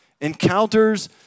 Encounters